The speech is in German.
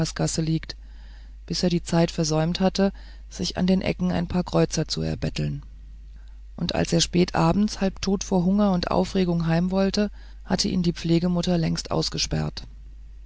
liegt bis er die zeit versäumt hatte sich an den ecken ein paar kreuzer zu erbetteln und als er spät abends halb tot vor hunger und aufregung heim wollte hatte ihn die pflegemutter längst ausgesperrt